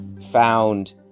found